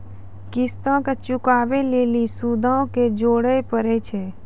किश्तो के चुकाबै लेली सूदो के जोड़े परै छै